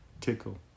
Tickle